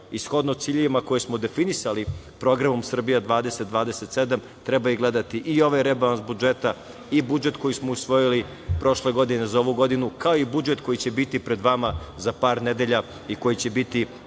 i shodno ciljevima koje smo definisali programom Srbija 2027, treba gledati i ovaj rebalans budžeta i budžet koji smo usvojili prošle godine za ovu godinu, kao i budžet koji će biti pred vama za par nedelja i koji će biti